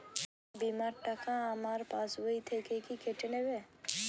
বিমার টাকা আমার পাশ বই থেকে কি কেটে নেবে?